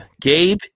Gabe